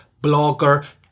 blogger